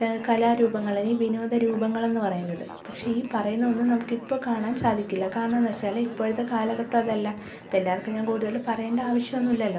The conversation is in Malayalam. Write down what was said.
കലാരൂപങ്ങൾ അല്ലെങ്കിൽ വിനോദരൂപങ്ങളെന്ന് പറയുന്നത് പക്ഷേ ഈ പറയുന്നതൊന്നും നമുക്ക് ഇപ്പം കാണാൻ സാധിക്കില്ല കാരണം എന്ന് വെച്ചാൽ ഇപ്പോഴത്തെ കാലഘട്ടം അതല്ല ഇപ്പം എല്ലാവർക്കും ഞാൻ കൂടുതൽ പറയേണ്ട ആവശ്യം ഒന്നുമില്ലല്ലോ